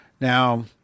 Now